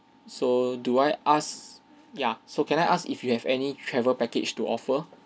so do I ask ya so can I ask if you have any travel package to offer